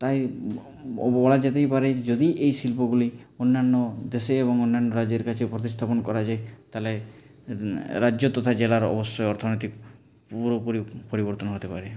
তাই বলা যেতেই পারে যদি এই শিল্পগুলি অন্যান্য দেশে এবং অন্যান্য রাজ্যের কাছে প্রতিস্থাপন করা যায় তাহলে রাজ্য তথা জেলার অবশ্যই অর্থনৈতিক পুরোপুরি পরিবর্তন হতে পারে